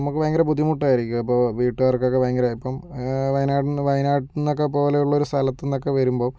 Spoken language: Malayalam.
നമുക്ക് ഭയങ്കര ബുദ്ധിമുട്ടായിരിക്കും അപ്പോൾ വീട്ടുകാർക്കൊക്കെ ഭയങ്കര ഇപ്പോൾ വയനാട് വയനാടെന്നൊക്കെ പോലത്തൊരു സ്ഥലത്തുനിന്നൊക്കെ വരുമ്പോ